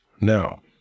Now